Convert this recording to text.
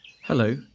Hello